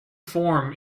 form